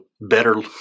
better